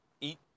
eat